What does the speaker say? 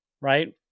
right